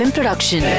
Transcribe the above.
Production